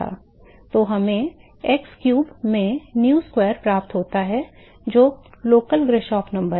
तो हमें x cube by nu square प्राप्त होता है जो local Grashof number है